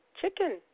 Chicken